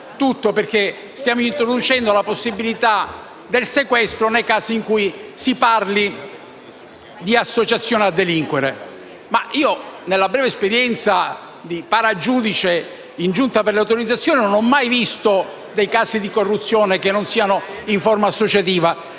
tutto perché stiamo introducendo la possibilità del sequestro nel caso in cui si parli di associazione a delinquere. Ma io, nella mia breve esperienza di paragiudice della Giunta per le autorizzazioni a procedere, non ho mai visto casi di corruzione che non siano in forma associativa.